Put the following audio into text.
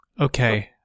Okay